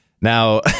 Now